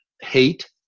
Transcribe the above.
hate